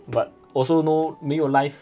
but also no 没有 life